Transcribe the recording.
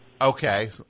Okay